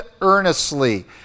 earnestly